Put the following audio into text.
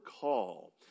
call